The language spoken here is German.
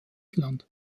land